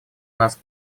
нас